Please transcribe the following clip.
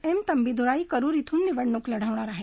M Thambidurai Karur इथून निवडणूक लढवणार आहेत